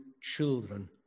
children